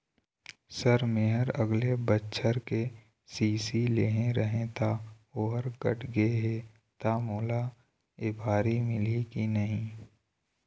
Sir मेहर अगले बछर के.सी.सी लेहे रहें ता ओहर कट गे हे ता मोला एबारी मिलही की नहीं?